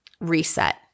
reset